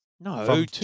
No